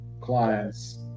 clients